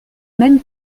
même